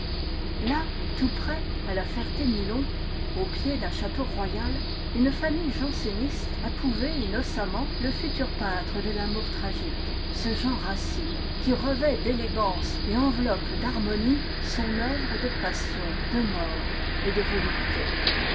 là tout près à la ferté milon au pied d'un château royal une famille janséniste a couvé innocemment le futur peintre de l'amour tragique ce jean racine qui revêt d'élégance et enveloppe d'harmonie son oeuvre de passion de mort et de volupté